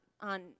on